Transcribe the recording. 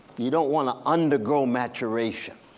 you don't want to undergo maturation,